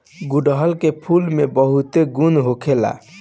गुड़हल के फूल में बहुते गुण होखेला